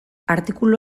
artikulu